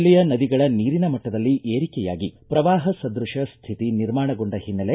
ಜಿಲ್ಲೆಯ ನದಿಗಳ ನೀರಿನ ಮಟ್ಟದಲ್ಲಿ ಏರಿಕೆಯಾಗಿ ಪ್ರವಾಹ ಸದೃಷ ಸ್ವಿತಿ ನಿರ್ಮಾಣಗೊಂಡ ಹಿನ್ನೆಲೆ